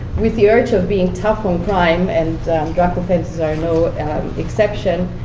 with the urge of being tough on crime, and drug offenses are no exception,